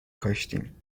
کاشتیم